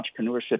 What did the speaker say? entrepreneurship